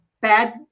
bad